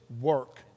work